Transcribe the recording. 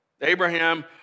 Abraham